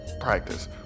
Practice